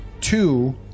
two